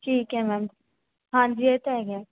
ਠੀਕ ਹੈ ਮੈਮ ਹਾਂਜੀ ਇਹ ਤਾਂ ਹੈਗਾ